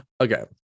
Okay